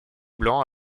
blanc